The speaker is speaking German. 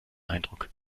eindruck